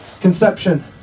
Conception